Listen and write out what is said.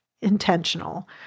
intentional